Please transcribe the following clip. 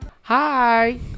Hi